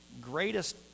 greatest